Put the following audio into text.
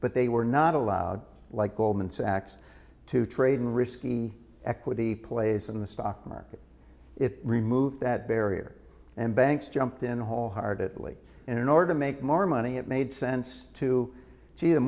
but they were not allowed like goldman sachs to trade in risky equity plays in the stock market it removed that barrier and banks jumped in whole heartedly in order to make more money it made sense to see the